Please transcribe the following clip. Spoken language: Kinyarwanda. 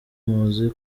muzi